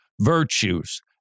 virtues